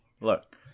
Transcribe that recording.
Look